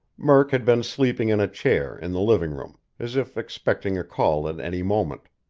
murk had been sleeping in a chair in the living room, as if expecting a call at any moment.